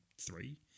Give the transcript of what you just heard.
three